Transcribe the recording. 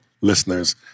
listeners